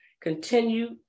continue